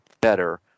better